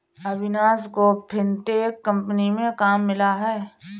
अविनाश को fintech company में काम मिला है